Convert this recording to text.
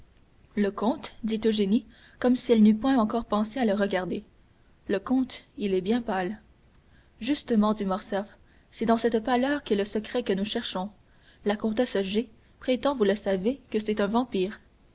le comte dit eugénie comme si elle n'eût point encore pensé à le regarder le comte il est bien pâle justement dit morcerf c'est dans cette pâleur qu'est le secret que nous cherchons la comtesse g prétend vous le savez que c'est un vampire